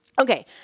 Okay